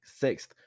sixth